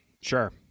Sure